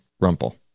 rumple